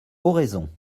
oraison